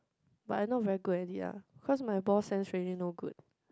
but I not very good at it ah cause my ball sense really no good